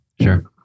Sure